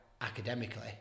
academically